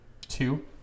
two